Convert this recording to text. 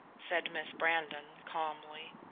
said miss brandon, calmly.